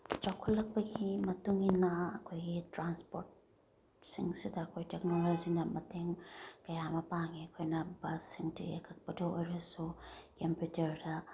ꯆꯥꯎꯈꯠꯂꯛꯄꯒꯤ ꯃꯇꯨꯡ ꯏꯟꯅ ꯑꯩꯈꯣꯏꯒꯤ ꯇ꯭ꯔꯥꯟꯁꯄꯣꯔꯠꯁꯤꯡꯁꯤꯗ ꯑꯩꯈꯣꯏ ꯇꯦꯛꯅꯣꯂꯣꯖꯤꯅ ꯃꯇꯦꯡ ꯀꯌꯥ ꯑꯃ ꯄꯥꯡꯉꯦ ꯑꯩꯈꯣꯏꯅ ꯕꯁꯁꯤꯡ ꯇꯤꯀꯦꯠ ꯀꯛꯄꯗ ꯑꯣꯏꯔꯁꯨ ꯀꯝꯄ꯭ꯌꯨꯇꯔꯗ